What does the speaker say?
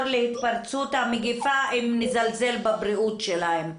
להתפרצות המגפה אם נזלזל בבריאות שלהם.